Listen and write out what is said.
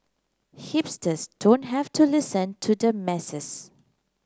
hipsters don't have to listen to the masses